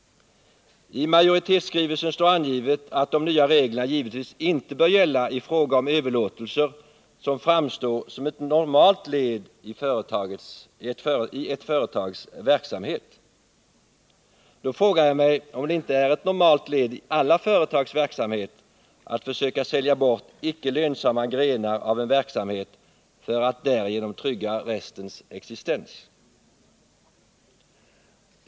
I majoritetsskrivelsen står angivet att de nya reglerna givetvis inte bör gälla i fråga om överlåtelser som framstår som ett normalt led i ett företags verksamhet. Då frågar jag mig om det inte är ett normalt led i alla företags verksamhet att försöka sälja bort icke lönsamma grenar av en verksamhet för att därigenom trygga restens existens.